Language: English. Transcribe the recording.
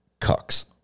cucks